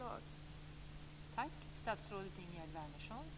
Jag ser fram emot kommande förslag.